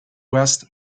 west